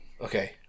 Okay